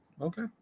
Okay